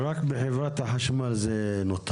ורק בחברת החשמל זה נותר?